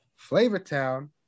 Flavortown